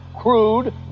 crude